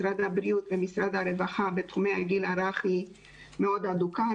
משרד הבריאות ומשרד הרווחה בתחומי הגיל הרך היא מאוד הדוקה.